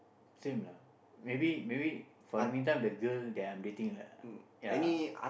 same lah maybe maybe for the mean time the girl that I am dating lah ya